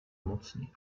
mocniej